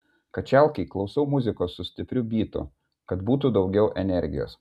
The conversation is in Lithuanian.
kačialkėj klausau muzikos su stipriu bytu kad būtų daugiau energijos